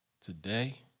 Today